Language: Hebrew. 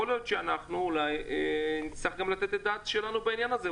יכול להיות שנצטרך לתת את דעתנו גם בעניין הזה,